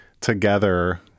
together